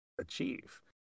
achieve